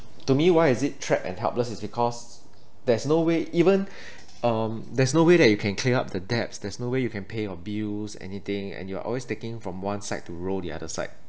to me why is it trapped and helpless is because there's no way even um there's no way that you can clear up the debts there's no way you can pay your bills anything and you're always taking from one side to roll the other side